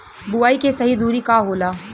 बुआई के सही दूरी का होला?